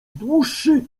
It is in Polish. dłuższy